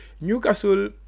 Newcastle